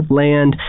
land